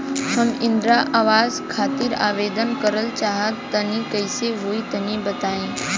हम इंद्रा आवास खातिर आवेदन करल चाह तनि कइसे होई तनि बताई?